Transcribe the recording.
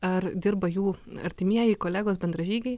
ar dirba jų artimieji kolegos bendražygiai